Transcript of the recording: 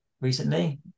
recently